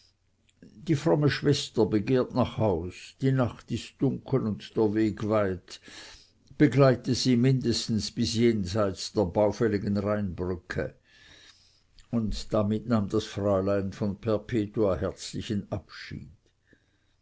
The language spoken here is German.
die fromme schwester begehrt nach haus die nacht ist dunkel und der weg weit begleite sie mindestens bis jenseits der baufälligen rheinbrücke und damit nahm das fräulein von perpetua herzlichen abschied